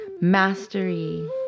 mastery